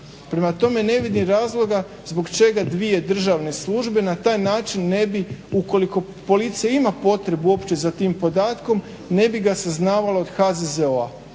Prema tome ne vidim razloga zbog čega dvije državne službe na taj način ne bi, ukoliko policija ima potrebu uopće za tim podatkom, ne bi ga saznavala od HZZO-a.